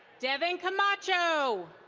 devin comacho.